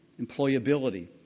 employability